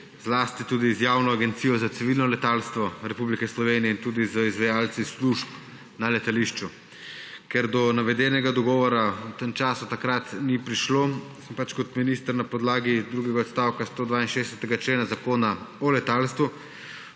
zlasti tudi z Javno agencijo za civilno letalstvo Republike Slovenije in tudi z izvajalci služb na letališču. Ker do navedenega dogovora v tem času takrat ni prišlo, sem kot minister na podlagi drugega 162. člena Zakona o letalstvu